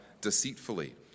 deceitfully